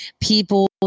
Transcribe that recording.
people